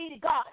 God